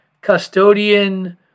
Custodian